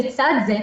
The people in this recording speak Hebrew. לצד זה,